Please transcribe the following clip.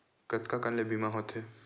कतका कन ले बीमा होथे?